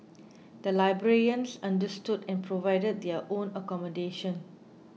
the librarians understood and provided their own accommodation